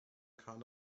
kahn